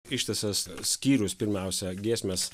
ištisas skyrius pirmiausia giesmės